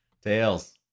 Tails